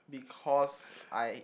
because I